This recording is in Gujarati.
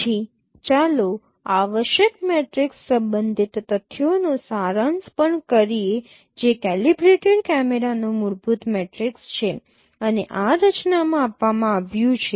પછી ચાલો આવશ્યક મેટ્રિક્સ સંબંધિત તથ્યોનો સારાંશ પણ કરીએ જે કેલિબ્રેટેડ કેમેરાનો મૂળભૂત મેટ્રિક્સ છે અને આ રચના માં આપવામાં આવ્યું છે